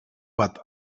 bat